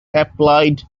applied